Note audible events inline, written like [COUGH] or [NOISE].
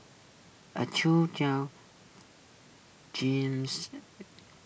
A [UNINTELLIGIBLE] James